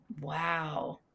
wow